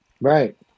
right